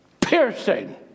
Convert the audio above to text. Piercing